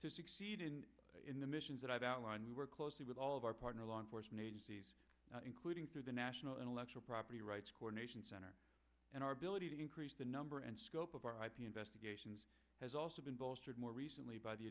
act in the missions that i've outlined we work closely with all of our partner law enforcement agencies including through the national intellectual property rights coordination center and our ability to increase the number and scope of our ip investigations has also been bolstered more recently by the